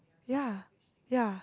ya ya